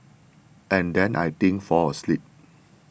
and then I think fell asleep